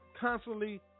constantly